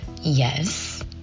yes